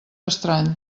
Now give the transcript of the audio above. estrany